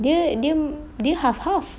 dia dia dia half half